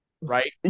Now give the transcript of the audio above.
Right